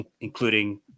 including